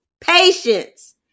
patience